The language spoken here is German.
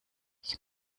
ich